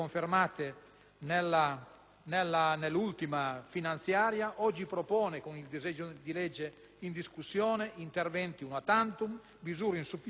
nell'ultima legge finanziaria, oggi propone, con il disegno di legge in discussione, interventi *una tantum* e misure insufficienti e inaccettabili.